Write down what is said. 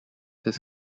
his